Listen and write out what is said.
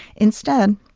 instead,